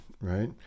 right